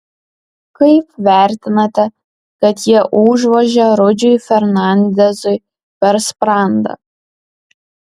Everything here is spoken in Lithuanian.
kaip vertinate kad jie užvožė rudžiui fernandezui per sprandą